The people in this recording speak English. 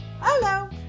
Hello